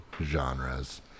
genres